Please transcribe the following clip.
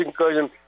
incursion